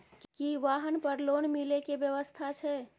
की वाहन पर लोन मिले के व्यवस्था छै?